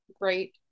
Great